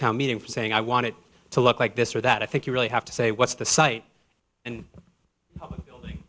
town meeting for saying i want it to look like this or that i think you really have to say what's the site and